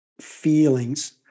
feelings